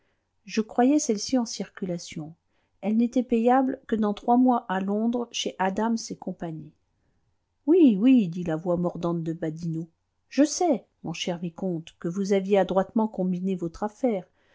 je croyais celle-ci en circulation elle n'était payable que dans trois mois à londres chez adams et compagnie oui oui dit la voix mordante de badinot je sais mon cher vicomte que vous aviez adroitement combiné votre affaire